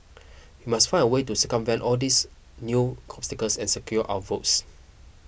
we must find a way to circumvent all these new obstacles and secure our votes